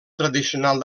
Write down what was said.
tradicional